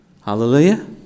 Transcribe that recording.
Hallelujah